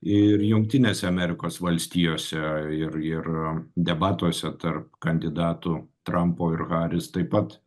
ir jungtinėse amerikos valstijose ir ir debatuose tarp kandidatų trampo ir haris taip pat